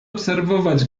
obserwować